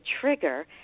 trigger